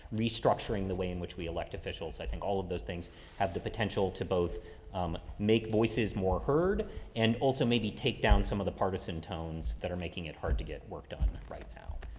restructuring the way in which we elect officials. i think all of those things have the potential to both um make voices more heard and also maybe take down some of the partisan tones that are making it hard to get work done right now.